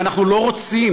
ואנחנו לא רוצים,